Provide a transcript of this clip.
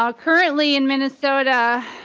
ah currently in minnesota